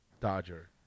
Dodger